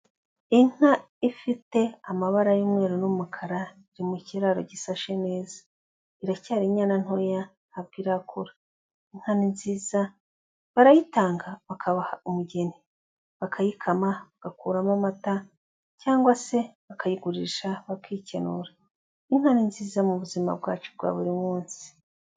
Inka ifite amabara y'umweru n'umukara iri mu kiraro gisashe neza, iracyari inyana ntoya ntabwo irakura, inka ni nziza barayitanga bakabaha umugeni bakayikama bagakuramo amata cyangwa se bakayigurisha bakikenura. Inka ni nziza mu buzima bwacu bwa buri munsi.